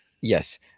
Yes